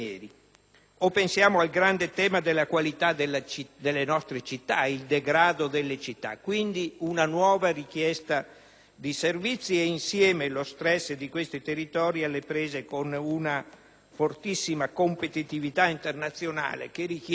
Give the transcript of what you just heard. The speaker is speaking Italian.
inoltre al grande tema della qualità delle nostre città e al loro degrado. C'è quindi una nuova richiesta di servizi e, insieme, lo stress di molti territori, alle prese con una fortissima competitività internazionale che richiede